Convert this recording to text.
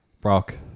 Brock